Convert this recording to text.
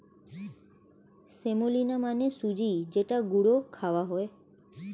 semolina মানে সুজি যেটা গুঁড়ো খাওয়া হয়